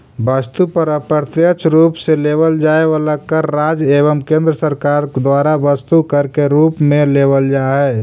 वस्तु पर अप्रत्यक्ष रूप से लेवल जाए वाला कर राज्य एवं केंद्र सरकार द्वारा वस्तु कर के रूप में लेवल जा हई